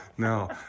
No